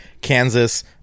Kansas